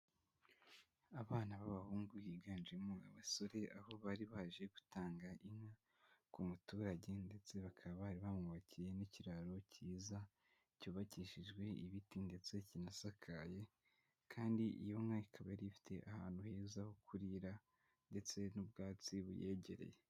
Abana b'abahungu biganjemo abasore aho bari baje gutanga inka ku muturage ndetse bakaba bamwubakiye n'ikiraro cyiza cyubakishijwe ibiti ndetse kinasakaye kandi iyo nka ikaba yari ifite ahantu heza ho kurira ndetse n'ubwatsi buyegereye.